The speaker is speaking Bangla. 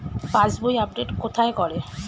পাসবই আপডেট কোথায় করে?